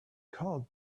called